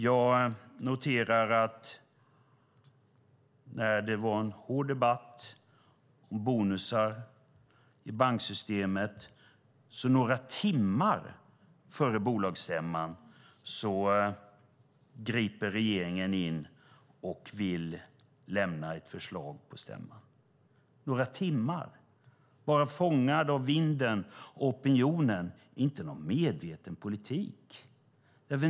Jag noterar att när det var en hård debatt om bonusar i banksystemet griper regeringen in några timmar före bolagsstämman och vill lämna ett förslag på stämman. Det var några timmar, fångad av vinden från opinionen, inte någon medveten politik.